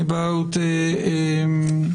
העבירה היום היא